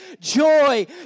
joy